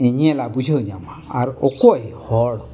ᱧᱮᱧᱮᱞᱟ ᱵᱩᱡᱷᱟᱹᱣ ᱧᱟᱢᱟ ᱟᱨ ᱚᱠᱚᱭ ᱦᱚᱲ